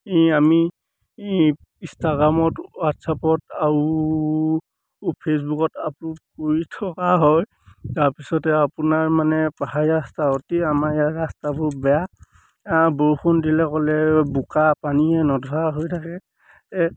আমি ইনষ্টাগ্ৰামত হোৱাটছআপত আৰু ফেচবুকত আপলোড কৰি থকা হয় তাৰপিছতে আপোনাৰ মানে পাহাৰীয়া ৰাস্তা অতি আমাৰ ইয়াৰ ৰাস্তাবোৰ বেয়া বৰষুণ দিলে ক'লে বোকা পানীয়ে নধৰা হৈ থাকে